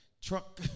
Truck